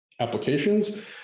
applications